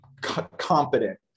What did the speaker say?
competent